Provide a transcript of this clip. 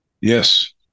Yes